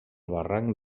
barranc